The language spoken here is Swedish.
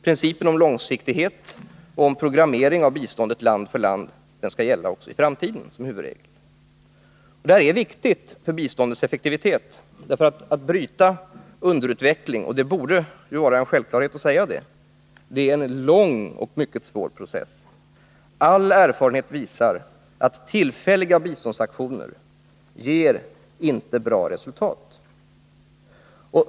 Principen om långsiktighet och om programmering av biståndet land för land skall gälla som huvudregel också i framtiden. Detta är viktigt för biståndets effektivitet för att bryta underutvecklingen. Det borde vara en självklarhet att säga detta — det är en lång och mycket svår process. All erfarenhet visar att tillfälliga biståndsaktioner inte ger bra resultat.